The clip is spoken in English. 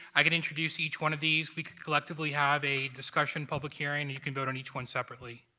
i could introduce each one of these. we could collectively have a discussion, public hearing, or you can vote on each one separately.